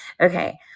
okay